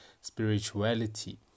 spirituality